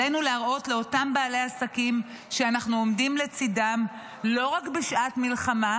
עלינו להראות לאותם בעלי עסקים שאנחנו עומדים לצידם לא רק בשעת מלחמה,